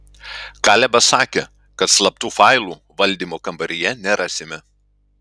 kalebas sakė kad slaptų failų valdymo kambaryje nerasime